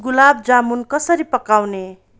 गुलाब जामुन कसरी पकाउने